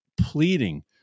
pleading